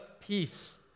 peace